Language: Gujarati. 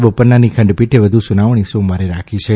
બોપન્નાની ખંડપીઠે વધુ સુનાવણી સોમવારે રાખી છે